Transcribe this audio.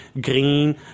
green